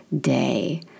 day